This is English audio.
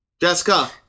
Jessica